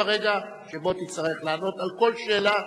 ברגע שבו תצטרך לענות על כל שאלה,